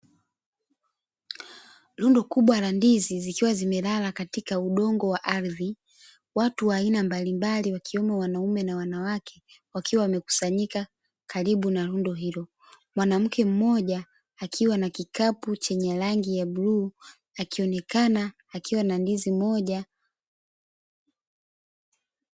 Rundo kubwa la ndizi zikiwa zimelala katika udongo wa ardhini, watu wa aina mbali mbali wakiwemo wanaume na wanawake na wanaume wamekusanyika. Mwanamke mmja na kikapu cha rangi ya blue akionekana akiwa na ndizi moja.